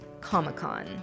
Comic-Con